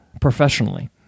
professionally